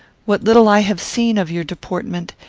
what little i have seen of your deportment,